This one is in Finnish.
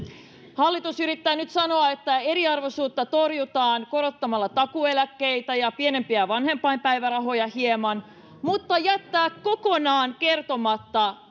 hallitus yrittää nyt sanoa että eriarvoisuutta torjutaan korottamalla takuueläkkeitä ja pienempiä vanhempainpäivärahoja hieman mutta jättää kokonaan kertomatta